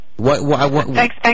Thanks